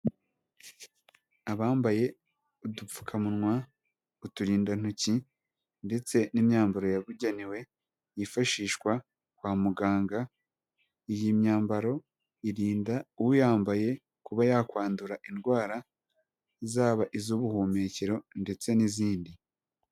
Abambaye udupfukamunwa, uturindantoki ndetse n'imyambaro yabugenewe yifashishwa kwa muganga iyi myambaro irinda uyambaye kuba yakwandura indwara zaba iz'ubuhumekero ndetse n'izindi.